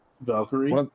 valkyrie